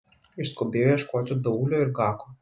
išskubėjo ieškoti daulio ir gako